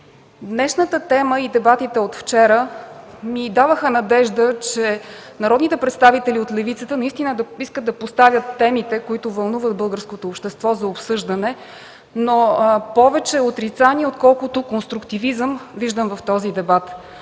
Днешната тема и дебатите от вчера ми даваха надежда, че народните представители от левицата наистина искат да поставят темите, които вълнуват българското общество, за обсъждане, но в този дебат виждам повече отрицание, отколкото конструктивизъм. (Шум и реплики